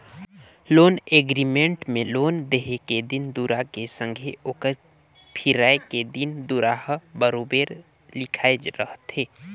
loan agreement में loan देहे के दिन दुरा के संघे ओकर फिराए के दिन दुरा हर बरोबेर लिखाए रहथे